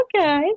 Okay